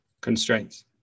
constraints